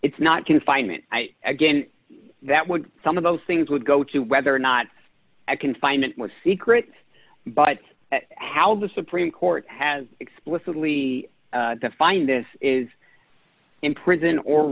it's not confinement again that would some of those things would go to whether or not i can find more secrets but how the supreme court has explicitly defined this is in prison or